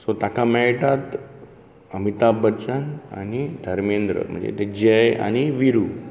so ताका मेळटात अमिताभ बच्चन आनी धर्मेंद्र म्हणजे ते जय आनी विरू